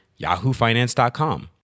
yahoofinance.com